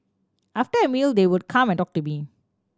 after a meal they would come and talk to me